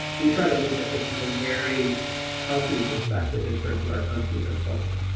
we try to look at this in a very healthy perspective in terms of our company or culture.